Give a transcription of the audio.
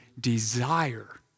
desire